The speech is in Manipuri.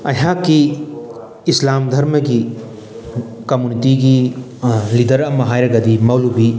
ꯑꯩꯍꯥꯛꯀꯤ ꯏꯁꯂꯥꯝ ꯙꯔꯃꯒꯤ ꯀꯝꯃꯨꯅꯤꯇꯤꯒꯤ ꯂꯤꯗꯔ ꯑꯃ ꯍꯥꯏꯔꯒꯗꯤ ꯃꯧꯂꯨꯕꯤ